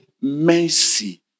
mercy